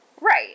Right